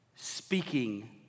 Speaking